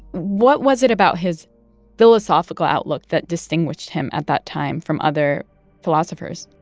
what was it about his philosophical outlook that distinguished him at that time from other philosophers?